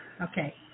okay